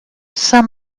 saint